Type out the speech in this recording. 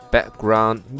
Background